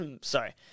sorry